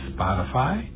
Spotify